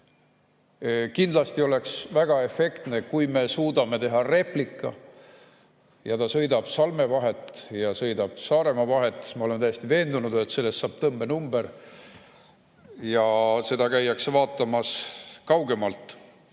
Kindlasti oleks väga efektne, kui me suudaksime teha replika ja see sõidaks Salme vahet ja sõidaks Saaremaa vahet. Ma olen täiesti veendunud, et sellest saab tõmbenumber ja seda käiakse vaatamas ka kaugemalt.